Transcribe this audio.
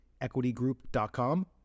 EquityGroup.com